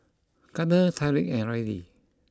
Gardner Tyriq and Rylee